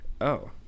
Oh